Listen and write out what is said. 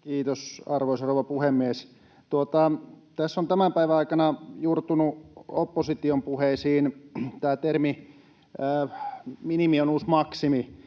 Kiitos, arvoisa rouva puhemies! Tässä on tämän päivän aikana juurtunut opposition puheisiin tämä termi ”minimi on uusi maksimi”.